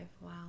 wow